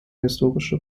historische